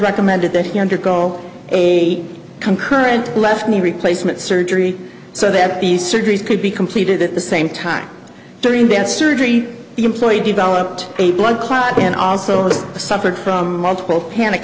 recommended that he undergo a concurrent left knee replacement surgery so that the surgeries could be completed at the same time during their surgery employee developed a blood clot and also suffered from multiple panic